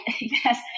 yes